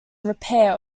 repair